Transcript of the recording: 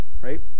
right